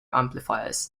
amplifiers